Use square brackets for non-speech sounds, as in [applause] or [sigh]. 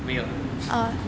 没有啦 [laughs]